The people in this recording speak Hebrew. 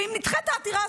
ואם נדחית העתירה,